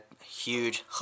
huge